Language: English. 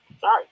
sorry